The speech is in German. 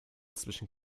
zwischen